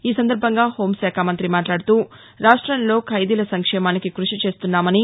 ఈ సందర్భంగా హోంశాఖ మంతి మాట్లాడుతూ రాష్టంలో ఖైదీల సంక్షేమానికి కృషి చేస్తున్నామని